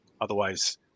Otherwise